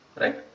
right